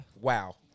Wow